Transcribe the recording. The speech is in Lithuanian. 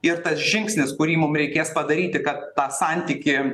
ir tas žingsnis kurį mum reikės padaryti kad tą santykį